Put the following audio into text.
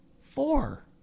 Four